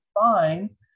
fine